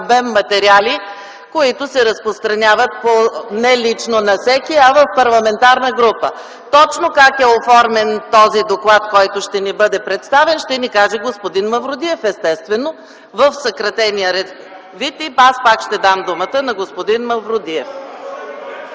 на материалите, които се разпространяват не лично на всеки, а по парламентарни групи. Точно как е оформен този доклад, който ще ни бъде предоставен, ще ни каже господин Мавродиев, естествено, в съкратения вид, и аз пак ще дам думата на господин Мавродиев.